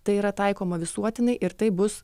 tai yra taikoma visuotinai ir tai bus